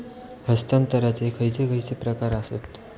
हस्तांतराचे खयचे खयचे प्रकार आसत?